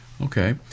Okay